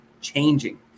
changing